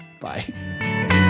Bye